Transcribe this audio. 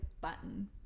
button